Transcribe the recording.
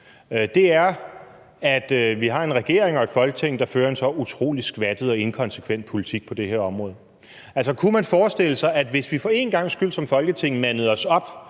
– er, at vi har en regering og et Folketing, der fører en så utrolig skvattet og inkonsekvent politik på det her område? Kunne man forestille sig, at vi for en gangs skyld som Folketing mandede os op